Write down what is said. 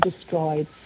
destroyed